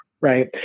Right